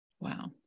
Wow